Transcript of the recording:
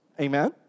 Amen